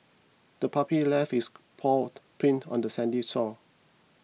the puppy left its paw print on the sandy shore